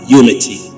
unity